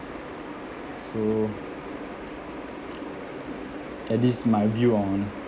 so and this is my view on